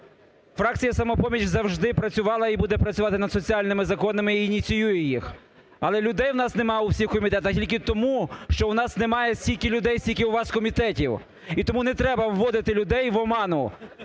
Фракція "Самопоміч" завжди працювала і буде працювати над соціальними законами і ініціює їх, але людей у нас немає у всіх комітетах тільки тому, що у нас немає стільки людей, скільки у вас комітетів. І тому не треба вводити людей в оману